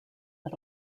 but